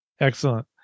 Excellent